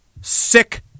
sick